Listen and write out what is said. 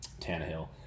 Tannehill